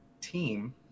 team